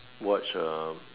watch uh